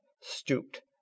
stooped